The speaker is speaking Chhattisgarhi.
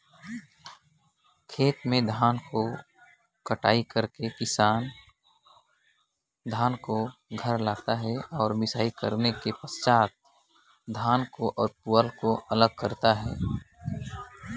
दँतरी ल किसानी काम मे पोला खेत खाएर ल जोते चहे दाना ले कुसटा ल अलगे करे बर उपियोग करथे